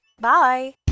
Bye